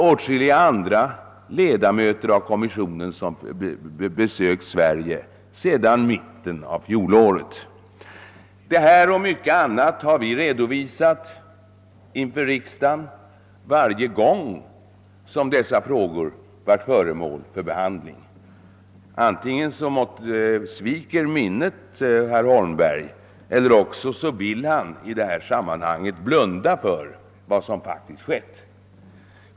Åtskilliga andra ledamöter av kommissionen har besökt Sverige sedan mitten av fjolåret. Detta och mycket annat har vi redovisat inför riksdagen varje gång dessa frågor varit föremål för behandling. Antingen sviker minnet herr Holmberg eller också vill han i detta sammanhang blunda för vad som faktiskt skett.